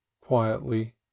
Quietly